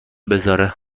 بزاره